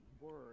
word